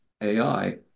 AI